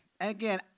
again